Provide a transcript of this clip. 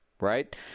right